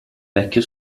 vecchio